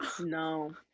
No